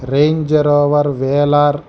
range Rover velar